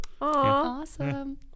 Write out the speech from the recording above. awesome